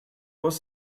was